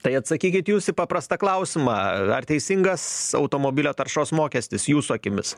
tai atsakykit jūs į paprastą klausimą ar teisingas automobilio taršos mokestis jūsų akimis